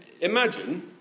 imagine